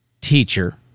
teacher